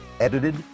Edited